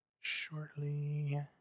shortly